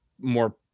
more